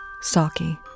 Saki